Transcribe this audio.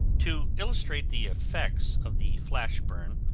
to illustrate the effects of the flash burn,